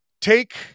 take